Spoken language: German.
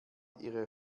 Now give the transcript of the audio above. ihre